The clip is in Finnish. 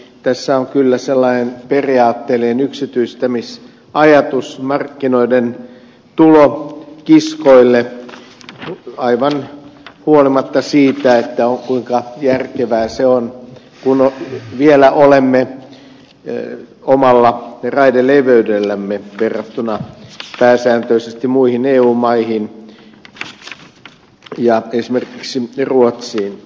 tässä on kyllä sellainen periaatteellinen yksityistämisajatus markkinoiden tulo kiskoille aivan huolimatta siitä kuinka järkevää se on kun vielä olemme omalla raideleveydellämme verrattuna pääsääntöisesti muihin eu maihin ja esimerkiksi ruotsiin